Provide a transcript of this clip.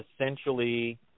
essentially